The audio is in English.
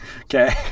okay